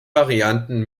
varianten